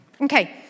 Okay